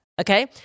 okay